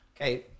Okay